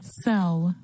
sell